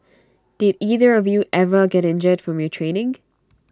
did either of you ever get injured from your training